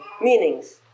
meanings